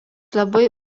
labai